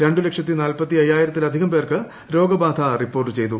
രണ്ടു ലക്ഷത്തി നാൽപ്പത്തി അയ്യായിരത്തിലധികം പേർക്ക് രോഗബാധ റിപ്പോർട്ട് ചെയ്തു